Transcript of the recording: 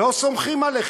לא סומכים עליהן.